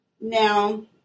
Now